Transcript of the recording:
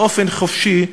באופן חופשי,